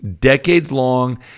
decades-long